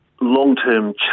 long-term